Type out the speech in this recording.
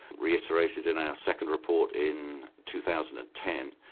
reiterated in our second report in two thousand and ten.